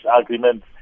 agreement